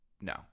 No